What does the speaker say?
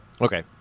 Okay